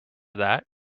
that